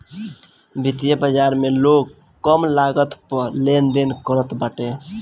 वित्तीय बाजार में लोग कम लागत पअ लेनदेन करत बाटे